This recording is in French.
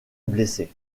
blessé